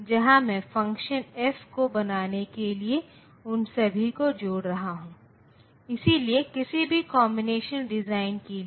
लेकिन जहां तक 1's कॉम्प्लीमेंट रिप्रजेंटेशन का सवाल है तो आपको उनके लिए 2 अलग अलग प्रतिनिधित्व मिले हैं